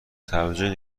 توجیهی